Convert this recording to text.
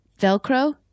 Velcro